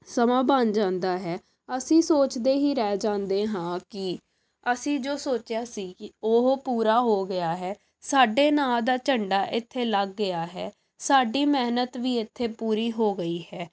ਸਮਾਂ ਬਣ ਜਾਂਦਾ ਹੈ ਅਸੀਂ ਸੋਚਦੇ ਹੀ ਰਹਿ ਜਾਂਦੇ ਹਾਂ ਕਿ ਅਸੀਂ ਜੋ ਸੋਚਿਆ ਸੀ ਕਿ ਉਹ ਪੂਰਾ ਹੋ ਗਿਆ ਹੈ ਸਾਡੇ ਨਾਂ ਦਾ ਝੰਡਾ ਇੱਥੇ ਲੱਗ ਗਿਆ ਹੈ ਸਾਡੀ ਮਿਹਨਤ ਵੀ ਇੱਥੇ ਪੂਰੀ ਹੋ ਗਈ ਹੈ